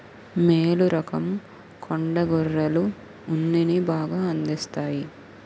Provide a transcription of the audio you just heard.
మేలు రకం కొండ గొర్రెలు ఉన్నిని బాగా అందిస్తాయి